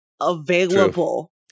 available